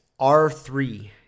R3